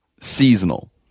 seasonal